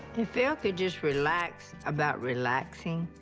if phil could just relax about relaxing,